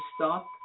stop